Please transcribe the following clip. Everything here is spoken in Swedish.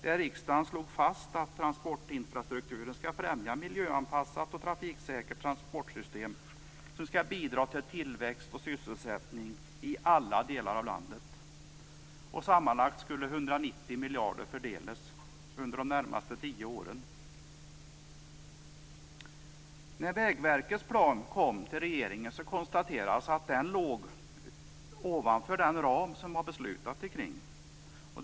Där slog riksdagen fast att transportinfrastrukturen skall främja ett miljöanpassat och trafiksäkert transportsystem som skall bidra till tillväxt och sysselsättning i alla delar av landet. Sammanlagt skulle 190 miljarder fördelas under de närmaste tio åren. När Vägverkets plan framlades för regeringen kunde man konstatera att åtgärderna översteg den ram som hade beslutats.